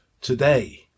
today